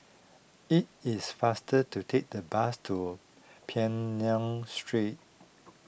it is faster to take the bus to Peng Nguan Street